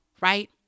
right